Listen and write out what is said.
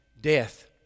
death